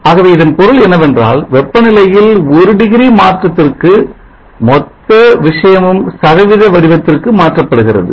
ஆகவே இதன் பொருள் என்னவென்றால் வெப்பநிலையில் ஒரு டிகிரி மாற்றத்திற்கு மொத்த விஷயமும் சதவீத வடிவத்திற்கு மாற்றப்படுகிறது